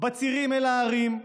בצירים אל הערים,